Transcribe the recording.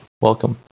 Welcome